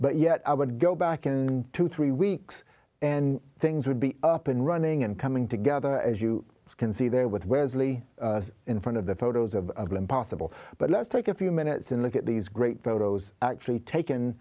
but yet i would go back in twenty three weeks and things would be up and running and coming together as you can see there with wesley in front of the photos of the impossible but let's take a few minutes and look at these great photos actually taken